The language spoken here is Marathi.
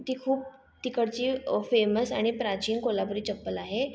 ती खूप तिकडची फेमस आणि प्राचीन कोल्हापुरी चप्पल आहे